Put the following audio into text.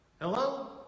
hello